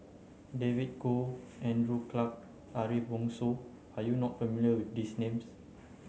David Kwo Andrew Clarke Ariff Bongso are you not familiar with these names